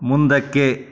ಮುಂದಕ್ಕೆ